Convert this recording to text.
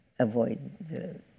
Avoid